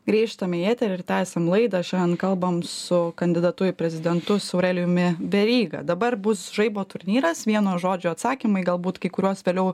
grįžtam į eterį ir tęsiam laidą šiandien kalbam su kandidatu į prezidentus aurelijumi veryga dabar bus žaibo turnyras vieno žodžio atsakymai galbūt kai kuriuos vėliau